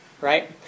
right